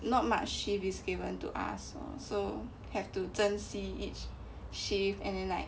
not much shift is given to us so have to 珍惜 each shift and then like